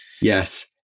yes